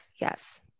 Yes